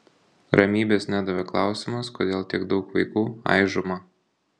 ramybės nedavė klausimas kodėl tiek daug vaikų aižoma